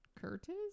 Curtis